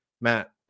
Matt